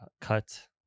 cut